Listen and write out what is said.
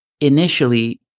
initially